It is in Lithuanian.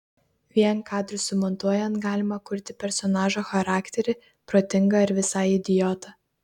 vien kadrus sumontuojant galima kurti personažo charakterį protingą ar visai idiotą